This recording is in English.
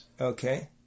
Okay